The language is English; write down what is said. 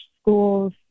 schools